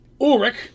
Ulrich